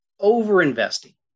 overinvesting